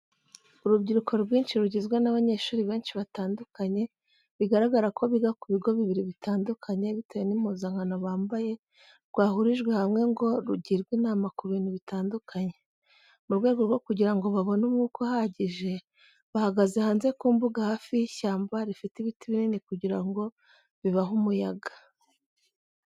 Urubyiruko rwinshi rugizwe n'abanyeshuri benshi batandukanye bigaragara ko biga ku bigo bibiri bitandukanye bitewe n'impuzankano bambaye rwahurijwe hamwe ngo rugirwe inama ku bintu bitandukanye. Mu rwego rwo kugira ngo babone umwuka uhagije, bahagaze hanze ku mbuga hafi y'ishyamba rifite ibiti binini kugira ngo bibahe umuyaga.